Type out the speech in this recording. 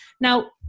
Now